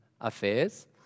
affairs